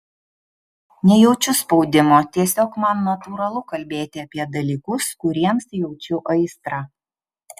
nejaučiu spaudimo tiesiog man natūralu kalbėti apie dalykus kuriems jaučiu aistrą